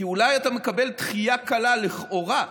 כי אולי אתה מקבל דחייה קלה, לכאורה,